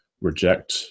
reject